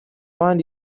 want